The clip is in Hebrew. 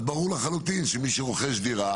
אז ברור לחלוטין שמי שרוכש דירה